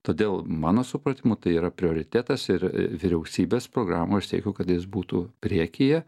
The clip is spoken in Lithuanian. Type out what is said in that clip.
todėl mano supratimu tai yra prioritetas ir vyriausybės programoj aš siekiu kad jos būtų priekyje